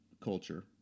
culture